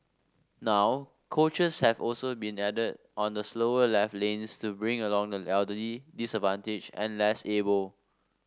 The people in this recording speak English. now coaches have also been added on the slower left lanes to bring along the elderly disadvantaged and less able